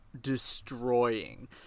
destroying